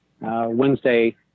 Wednesday